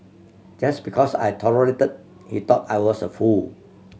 just because I tolerated he thought I was a fool